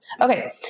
Okay